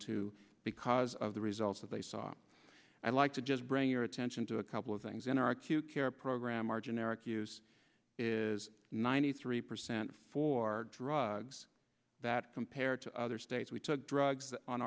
two because of the results they saw i'd like to just bring your attention to a couple of things in our q care program our generic use is ninety three percent for drugs that compare to other states we took drugs on